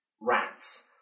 rats